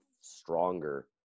stronger